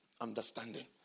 understanding